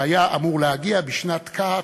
שהיה אמור להגיע בשעת תק"ע,